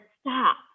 stop